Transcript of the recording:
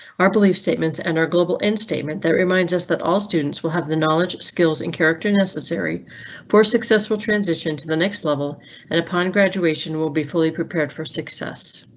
our belief statements, and our global in statement that reminds us that all students will have the knowledge, skills and character necessary for successful transition to the next level and upon graduation will be fully prepared for success.